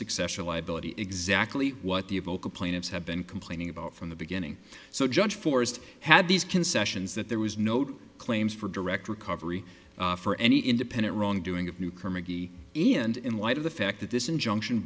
succession liability exactly what the vocal plaintiffs have been complaining about from the beginning so judge forest had these concessions that there was no two claims for direct recovery for any independent wrongdoing of new committee and in light of the fact that this injunction